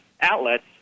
outlets